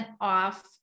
off